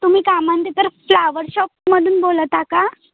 तुम्ही का म्हणते ते तर फ्लॉवर शॉपमधून बोलत आहा का